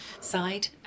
side